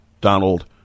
Donald